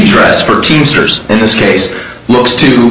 redress for teamsters in this case looks to